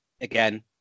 again